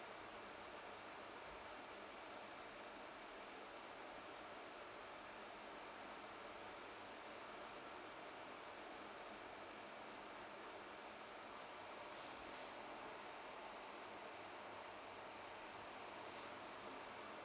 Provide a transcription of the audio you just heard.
!wow! uh